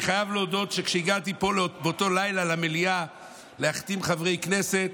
אני חייב להודות שכשהגעתי לפה באותו לילה למליאה להחתים חברי כנסת,